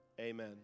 amen